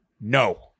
No